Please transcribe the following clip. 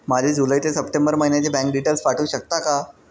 माझे जुलै ते सप्टेंबर महिन्याचे बँक डिटेल्स पाठवू शकता का?